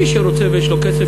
מי שרוצה ויש לו כסף,